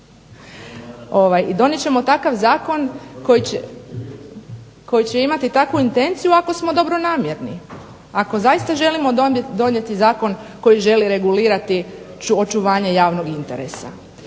I donijet ćemo takav zakon koji će imati takvu intenciju ako smo dobronamjerni, ako zaista želimo donijeti zakon koji želi regulirati očuvanje javnog interesa.